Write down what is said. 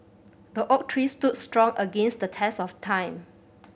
the oak tree stood strong against the test of time